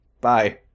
bye